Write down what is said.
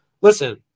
listen